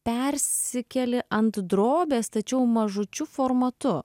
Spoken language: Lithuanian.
persikeli ant drobės tačiau mažučiu formatu